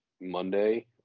Monday